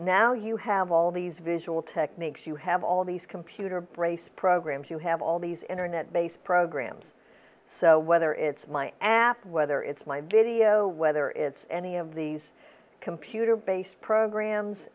now you have all these visual techniques you have all these computer brace programs you have all these internet based programs so whether it's my app whether it's my video whether it's any of these computer based programs